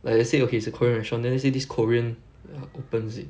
like let's say okay it's a korean restaurant then let's say this korean opens it